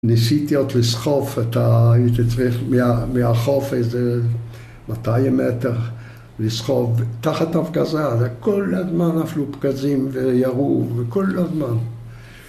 ניסיתי לסחוב, הייתי צריך מהחוף איזה 200 מטר, לסחוב תחת הפגזה. כל הזמן נפלו פגזים וירו, כל הזמן.